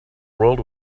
world